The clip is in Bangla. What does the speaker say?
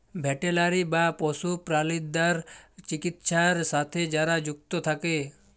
ভেটেলারি বা পশু প্রালিদ্যার চিকিৎছার সাথে যারা যুক্ত থাক্যে